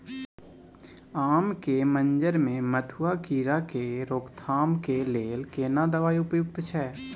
आम के मंजर में मधुआ कीरा के रोकथाम के लेल केना दवाई उपयुक्त छै?